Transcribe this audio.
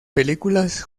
películas